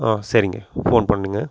ஆ சரிங்க ஃபோன் பண்ணுங்க